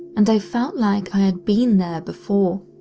and i felt like i had been there before,